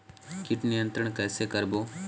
कीट नियंत्रण कइसे करबो?